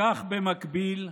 כך, במקביל,